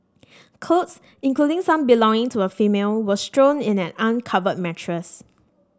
clothes including some belonging to a female were strewn in an uncovered mattress